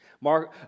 Mark